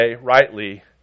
rightly